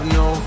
no